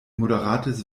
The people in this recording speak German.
moderates